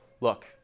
Look